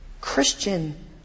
Christian